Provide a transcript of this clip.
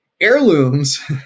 heirlooms